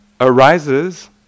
arises